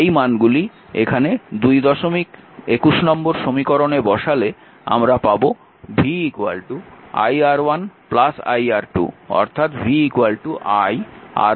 এই মানগুলি এখানে 221 নম্বর সমীকরণে বসালে আমরা পাব v iR1 iR2 অর্থাৎ v i R1 R2